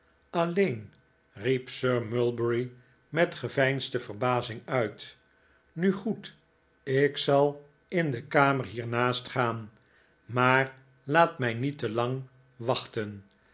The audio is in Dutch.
alleen riep sir mulberry met geveinsde verbazing uit nu goed ik zal in de kamer hiernaast gaan maar laat mij niet te lang wachten